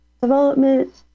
development